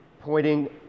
pointing